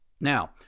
now